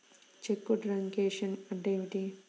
చెక్కు truncation అంటే ఏమిటి?